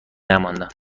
نمانده